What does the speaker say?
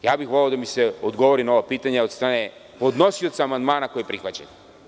Voleo bih da mi se odgovori na ova pitanja od strane podnosioca amandmana koji je prihvaćen.